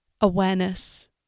awareness